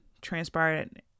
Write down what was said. transpired